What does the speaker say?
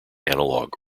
analog